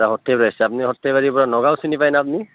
অঁ সৰ্থেবাৰী পৰা আহিছে আপুনি সৰ্থেবাৰী পৰা নগাঁও চিনি পাই ন আপুনি